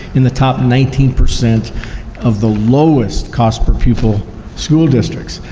in the top nineteen percent of the lowest cost per pupil school districts.